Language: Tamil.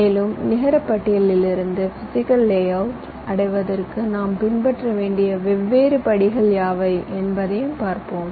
மேலும் நிகர பட்டியலிலிருந்து பிசிகல் லேஅவுட் அடைவதற்கு நாம் பின்பற்ற வேண்டிய வெவ்வேறு படிகள் யாவை என்பதையும் பார்ப்போம்